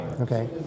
Okay